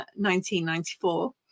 1994